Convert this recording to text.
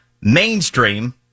mainstream